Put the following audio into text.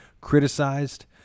criticized